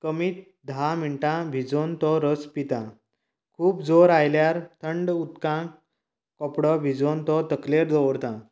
कमी धा मिनटां भिजोवन तो रस पितां खूब जोर आयल्यार थंड उदकांत कपडो भिजोवन तो तकलेर दवरतां